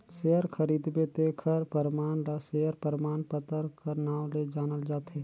share खरीदबे तेखर परमान ल सेयर परमान पतर कर नांव ले जानल जाथे